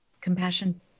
compassion